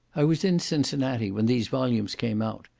i was in cincinnati when these volumes came out,